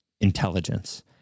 intelligence